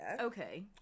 Okay